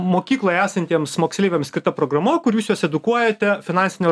mokykloje esantiems moksleiviams skirta programa kur jūs juos edukuojate finansinio